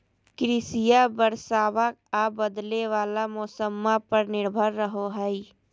कृषिया बरसाबा आ बदले वाला मौसम्मा पर निर्भर रहो हई